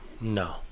No